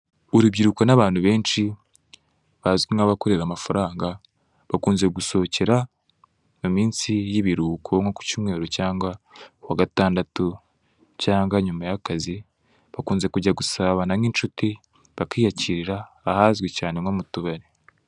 Urubyiruko n'abantu benshi bazwi nk'abakorera amafaranga, bakunze gusohokera (mu minsi y'ibiruhuko nko ku Cyumweru cyangwa ku wa Gatandatu cyangwa nyuma y'akazi)' bakunze kujya gusabana nk'incuti ahazwi cyane nko mu tubari.